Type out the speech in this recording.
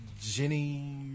Jenny